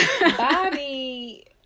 Bobby